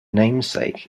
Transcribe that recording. namesake